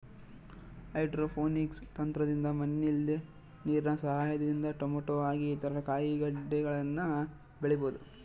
hydroponics ತಂತ್ರದಿಂದ ಮಣ್ಣಿಲ್ದೆ ನೀರಿನ ಸಹಾಯದಿಂದ ಟೊಮೇಟೊ ಹಾಗೆ ಇತರ ಕಾಯಿಗಡ್ಡೆಗಳನ್ನ ಬೆಳಿಬೊದು